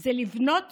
זה לבנות